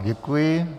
Děkuji.